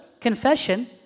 confession